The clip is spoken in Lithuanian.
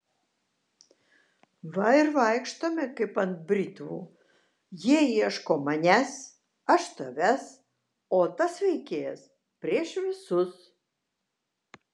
va ir vaikštome kaip ant britvų jie ieško manęs aš tavęs o tas veikėjas prieš visus